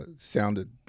sounded